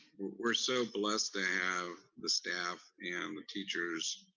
we're so blessed to have the staff and the teachers.